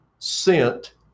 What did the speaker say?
sent